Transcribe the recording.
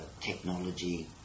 technology